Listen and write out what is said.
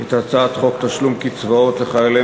את הצעת חוק תשלום קצבאות לחיילי